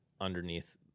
underneath